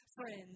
friends